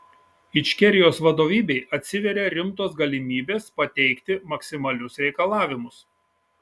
ičkerijos vadovybei atsiveria rimtos galimybės pateikti maksimalius reikalavimus